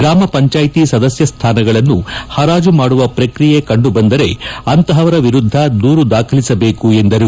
ಗ್ರಾಮ ಪಂಚಾಯತಿ ಸದಸ್ಯ ಸ್ಥಾನಗಳನ್ನು ಪರಾಜು ಮಾಡುವ ಪ್ರಕ್ರಿಯೆ ಕಂಡುಬಂದರೆ ಅಂತಹವರ ವಿರುದ್ದ ದೂರು ದಾಖಲಿಸಬೇಕು ಎಂದರು